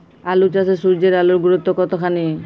আলু চাষে সূর্যের আলোর গুরুত্ব কতখানি?